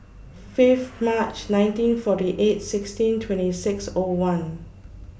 Fifth March nineteen forty eight sixteen twenty six O one